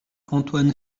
antoine